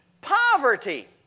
poverty